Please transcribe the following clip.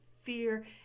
fear